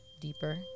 deeper